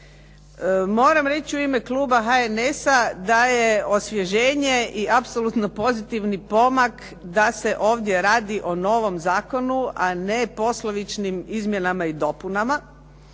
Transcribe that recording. Moram reći u ime kluba HNS-a da je osvježenje i apsolutno pozitivni pomak da se ovdje radi o novom zakonu, a ne poslovičnim izmjenama i dopunama